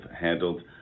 handled